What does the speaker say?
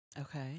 Okay